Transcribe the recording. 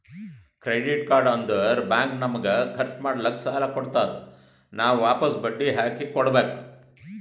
credit card ಅಂದುರ್ bank ನಮಗ ಖರ್ಚ್ ಮಾಡ್ಲಾಕ್ ಸಾಲ ಕೊಡ್ತಾದ್, ನಾವ್ ವಾಪಸ್ ಬಡ್ಡಿ ಹಾಕಿ ಕೊಡ್ಬೇಕ